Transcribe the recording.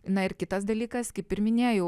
na ir kitas dalykas kaip ir minėjau